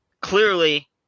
clearly